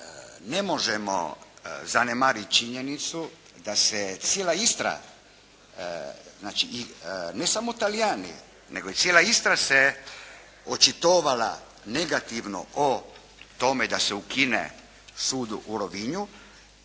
ne možemo zanemariti činjenicu da se cijela Istra, znači i ne samo Talijani nego i cijela Istra se očitovala negativno o tome da se ukine sud u Rovinju